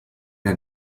der